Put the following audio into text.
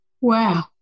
Wow